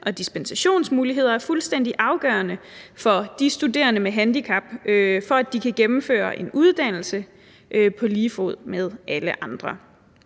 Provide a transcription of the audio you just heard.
og dispensationsmuligheder er fuldstændig afgørende for studerende med handicap, for at de kan gennemføre en uddannelse på lige fod med alle andre.